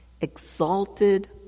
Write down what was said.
exalted